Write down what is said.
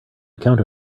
account